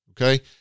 Okay